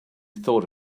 thought